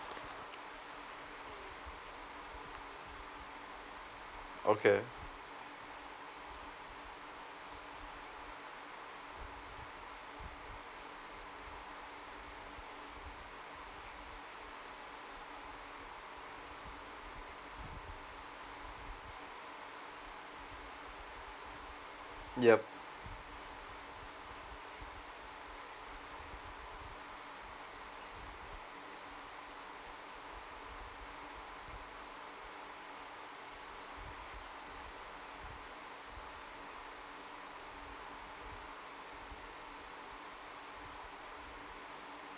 okay yup